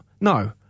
no